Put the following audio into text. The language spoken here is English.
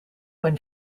when